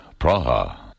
Praha